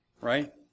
right